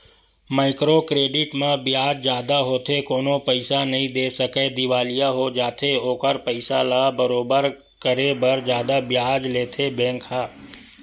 micro credit म बियाज जादा होथे कोनो पइसा नइ दे सकय दिवालिया हो जाथे ओखर पइसा ल बरोबर करे बर जादा बियाज लेथे बेंक ह